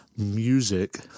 music